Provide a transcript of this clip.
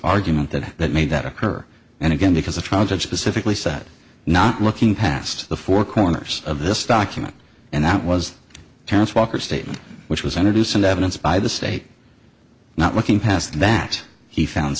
argument that that made that occur and again because the trial judge specifically said not looking past the four corners of this document and that was terrance walker statement which was introduced into evidence by the state not looking past that he found